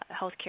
healthcare